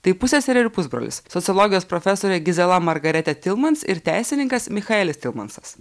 tai pusseserė ir pusbrolis sociologijos profesorė gizela margaretė tilmans ir teisininkas michaelis tilmansas